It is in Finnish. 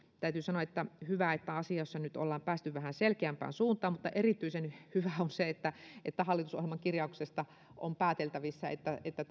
täytyy sanoa että hyvä että asiassa nyt ollaan päästy vähän selkeämpään suuntaan mutta erityisen hyvää on se että että hallitusohjelman kirjauksesta on pääteltävissä että että